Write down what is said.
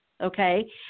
Okay